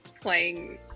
playing